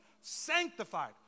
sanctified